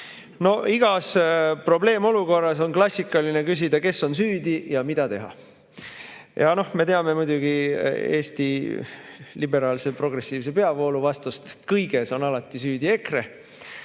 igas probleemolukorras on klassikaline küsida, kes on süüdi ja mida teha. Me teame muidugi Eesti liberaalse progressiivse peavoolu vastust: kõiges on alati süüdi EKRE.